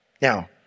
Now